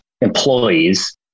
employees